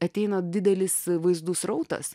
ateina didelis vaizdų srautas